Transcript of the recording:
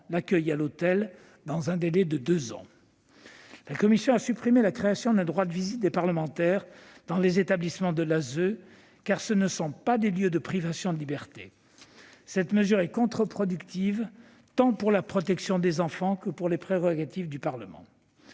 l'accueil à l'hôtel dans un délai de deux ans. La commission a supprimé la création d'un droit de visite des parlementaires dans les établissements de l'ASE, car ce ne sont pas des lieux de privation de liberté. Cette mesure est contre-productive, tant pour la protection des enfants que pour les prérogatives du Parlement.